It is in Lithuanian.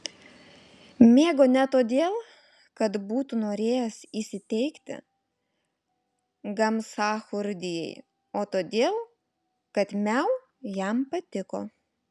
mėgo ne todėl kad būtų norėjęs įsiteikti gamsachurdijai o todėl kad miau jam patiko